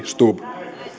stubb